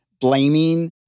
blaming